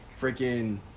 Freaking